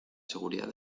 seguridad